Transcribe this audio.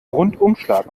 rundumschlag